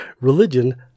Religion